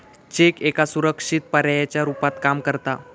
check एका सुरक्षित पर्यायाच्या रुपात काम करता